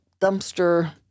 dumpster